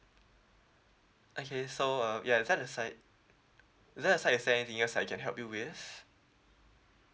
okay so um ya that aside is there aside is there anything else I can help you with